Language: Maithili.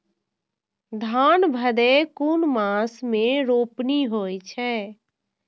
धान भदेय कुन मास में रोपनी होय छै?